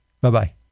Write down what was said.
Bye-bye